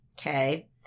okay